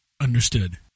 Understood